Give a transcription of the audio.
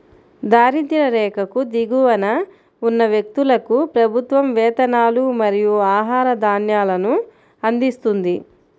దారిద్య్ర రేఖకు దిగువన ఉన్న వ్యక్తులకు ప్రభుత్వం వేతనాలు మరియు ఆహార ధాన్యాలను అందిస్తుంది